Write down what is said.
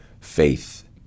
faith